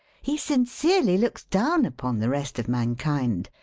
he sincerely looks down upon the rest of mankind.